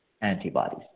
antibodies